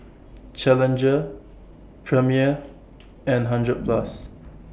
Challenger Premier and hundred Plus